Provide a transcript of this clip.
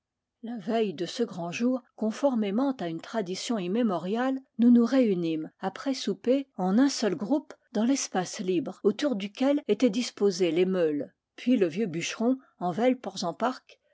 la veille de ce grand jour conformément à une tradition immémoriale nous nous réunîmes après souper en un seul groupe dans l'espace libre autour duquel étaient disposées les meules puis le vieux bûcheron envel